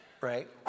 right